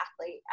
athlete